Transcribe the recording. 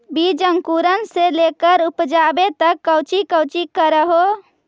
बीज अंकुरण से लेकर उपजाबे तक कौची कौची कर हो?